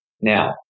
Now